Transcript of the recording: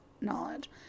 knowledge